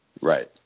Right